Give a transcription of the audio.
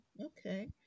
Okay